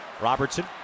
Robertson